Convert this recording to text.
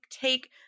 take